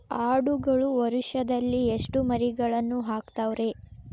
ಆಡುಗಳು ವರುಷದಲ್ಲಿ ಎಷ್ಟು ಮರಿಗಳನ್ನು ಹಾಕ್ತಾವ ರೇ?